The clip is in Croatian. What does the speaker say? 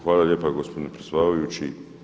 Hvala lijepa gospodine predsjedavajući.